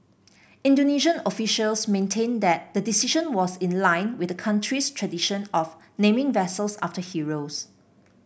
Indonesian officials maintained that the decision was in line with the country's tradition of naming vessels after heroes